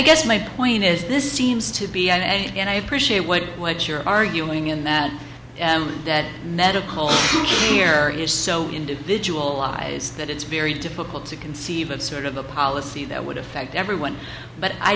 guess my point is this seems to be and i appreciate what what you're arguing in that that medical error is so individual eyes that it's very difficult to conceive of sort of a policy that would affect everyone but i